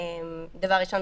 דבר ראשון,